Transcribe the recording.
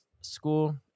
school